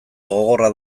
gogorra